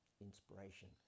Inspiration